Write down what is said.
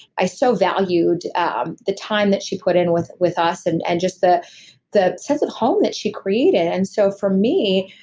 i so valued um the time that she put in with with us and and just the the sense of home that she created. and so for me,